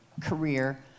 career